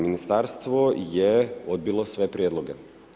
Ministarstvo je odbilo sve prijedloge.